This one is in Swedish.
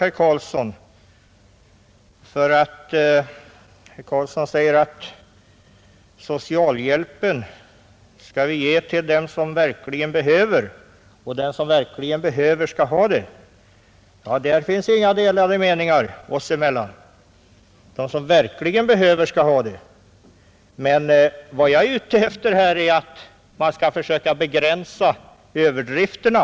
Herr Karlsson säger nämligen att socialhjälpen skall vi ge till dem som verkligen behöver den och att de som verkligen behöver hjälp också skall ha hjälp. Ja, därom finns inga delade meningar oss emellan. De som verkligen behöver skall ha hjälp, men vad jag är ute efter här är att man skall försöka begränsa överdrifterna.